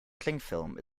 clingfilm